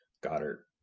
goddard